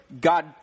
God